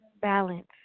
balance